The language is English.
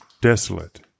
desolate